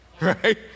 right